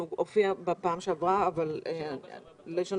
הוא הופיע בישיבה הקודמת אבל יש לנו